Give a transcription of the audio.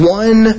one